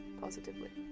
positively